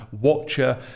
watcher